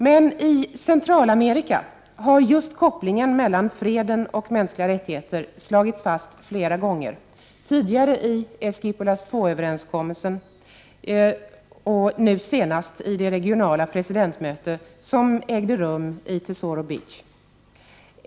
Men i Centralamerika har just kopplingen mellan fred och mänskliga rättigheter slagits fast flera gånger, tidigare i Esquipulas 2 överenskommelsen, nu senast i det regionala presidentmöte som nyligen ägde rum i Tesoro Beach.